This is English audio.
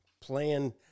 playing